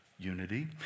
Unity